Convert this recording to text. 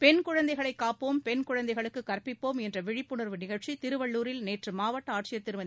பெண் குழந்தைகளை காப்போம் பெண் குழந்தைகளுக்கு கற்பிப்போம் என்ற விழிப்புணர்வு நிகழ்ச்சி திருவள்ளூரில் நேற்று மாவட்ட ஆட்சியர் திருமதி